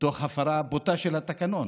תוך הפרה בוטה של התקנון.